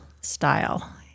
style